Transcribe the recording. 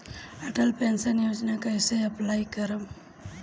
Atal pension Yojana मे कैसे apply करेम?